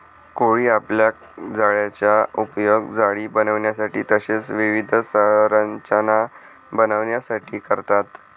कोळी आपल्या जाळ्याचा उपयोग जाळी बनविण्यासाठी तसेच विविध संरचना बनविण्यासाठी करतात